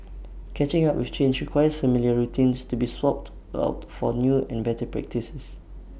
catching up with change requires familiar routines to be swapped out for new and better practices